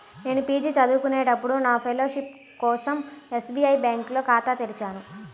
నేను పీజీ చదువుకునేటప్పుడు నా ఫెలోషిప్ కోసం ఎస్బీఐ బ్యేంకులో ఖాతా తెరిచాను